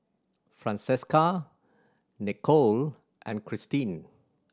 Francesca Nichole and Christine